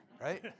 right